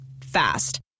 Fast